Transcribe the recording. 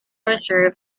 reserve